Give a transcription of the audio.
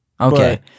Okay